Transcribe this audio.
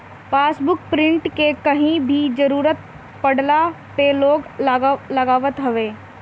passbook print के कहीं भी जरुरत पड़ला पअ लोग लगावत हवे